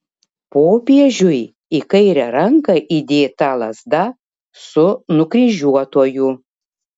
popiežiui į kairę ranką įdėta lazda su nukryžiuotuoju